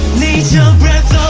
need your